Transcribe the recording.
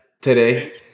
today